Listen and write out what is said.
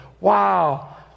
Wow